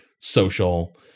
social